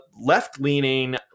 left-leaning